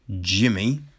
Jimmy